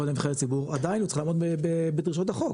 אליהם עדיין צריך לעמוד בדרישות החוק.